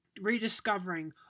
rediscovering